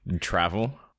travel